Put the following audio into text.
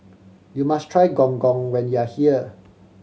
you must try Gong Gong when you are here